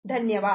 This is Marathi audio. धन्यवाद